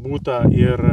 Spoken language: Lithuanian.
būta ir